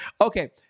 Okay